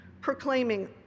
Proclaiming